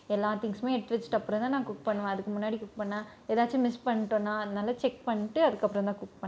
எல்லா திங்ஸுமே எடுத்து வச்சுட்டு அப்புறம் தான் நான் குக் பண்ணுவேன் அதுக்கு முன்னாடி குக் பண்ணிணா ஏதாச்சும் மிஸ் பண்ணிவிட்டோன்னா அதனால் செக் பண்ணிவிட்டு அதுக்கப்புறந்தான் குக் பண்ணுவேன்